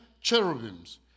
cherubims